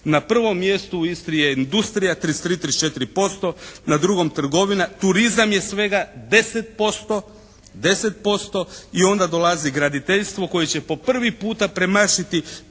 Na prvom mjestu u Istri je industrija 33, 34%, na drugom trgovina. Turizam je svega 10% i onda dolazi graditeljstvo koje će po prvi puta premašiti